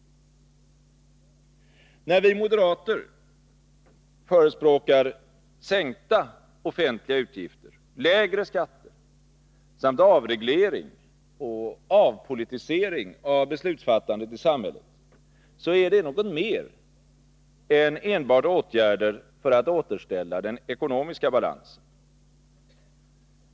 När vi moderater förespråkar sänkta offentliga utgifter, lägre skatter samt avreglering och avpolitisering av beslutsfattandet i samhället, så är det något mer än enbart åtgärder för att återställa den ekonomiska balansen.